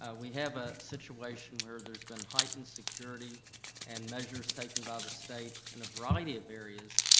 we have a situation where there's been heightened security and measures taken by the state in a variety of areas,